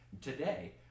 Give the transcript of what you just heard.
today